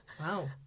Wow